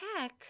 Tech